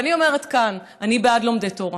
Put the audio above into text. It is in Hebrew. ואני אומרת כאן: אני בעד לומדי תורה,